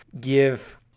give